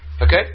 Okay